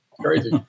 Crazy